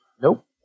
Nope